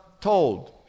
told